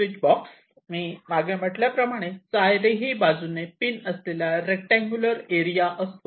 switch box मी मागे म्हटल्याप्रमाणे चारही बाजूने पिन असलेला रेक्टांगुलर एरिया असतो